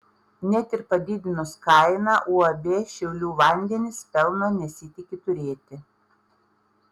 net ir padidinus kainą uab šiaulių vandenys pelno nesitiki turėti